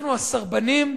אנחנו הסרבנים,